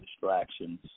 distractions